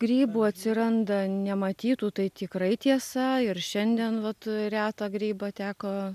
grybų atsiranda nematytų tai tikrai tiesa ir šiandien vat retą grybą teko